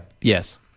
Yes